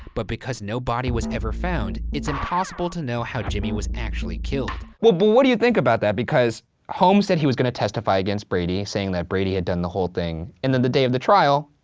but because no body was ever found, it's impossible to know how jimmy was actually killed. but what do you think about that because holmes said he was going to testify against brady, saying that brady had done the whole thing, and then the day of the trial,